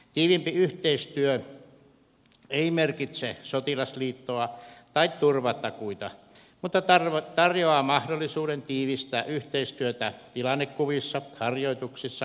tiiviimpi yhteistyö ei merkitse sotilasliittoa tai turvatakuita mutta tarjoaa mahdollisuuden tiivistää yhteistyötä tilannekuvissa harjoituksissa ja materiaalihankinnoissa